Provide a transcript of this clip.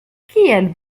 kiel